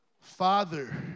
Father